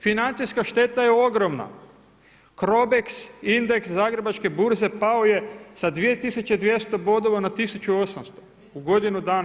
Financijska šteta je ogromna, Crobex, indeks Zagrebačke burze pao je sa 2200 bodova na 1800, u godinu dana.